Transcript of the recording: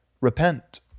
repent